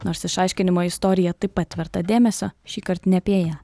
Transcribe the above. nors išaiškinimo istorija taip pat verta dėmesio šįkart ne apie ją